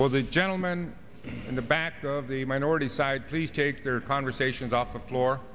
for the gentleman in the back of the minority side to take their conversations off the floor